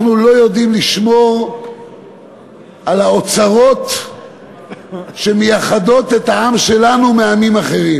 אנחנו לא יודעים לשמור על האוצרות שמייחדים את העם שלנו מעמים אחרים.